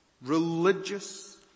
religious